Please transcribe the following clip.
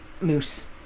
moose